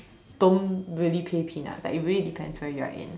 don't really pay peanuts like it really depends where you're in